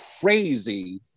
crazy